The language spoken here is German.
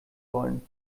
wollen